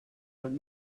let